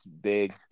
big